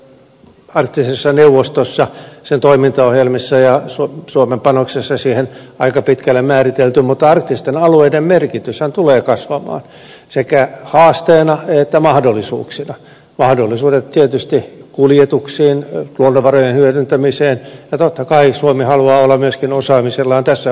se on arktisessa neuvostossa sen toimintaohjelmissa ja suomen panoksessa siihen aika pitkälle määritelty mutta arktisten alueiden merkityshän tulee kasvamaan sekä haasteina että mahdollisuuksina mahdollisuudet liittyvät tietysti kuljetuksiin luonnonvarojen hyödyntämiseen ja totta kai suomi haluaa olla myöskin osaamisellaan tässä mukana